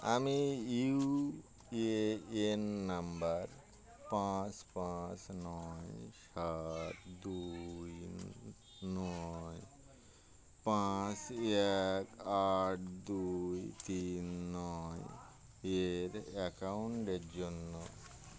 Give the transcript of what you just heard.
আমি UAN number পাঁচ পাঁচ নয় সাত দুই নয় পাঁচ এক আট দুই তিন নয় এর অ্যাকাউন্টের জন্য